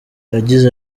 yagize